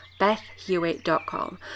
BethHewitt.com